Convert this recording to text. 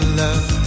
love